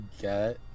get